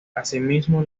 asimismo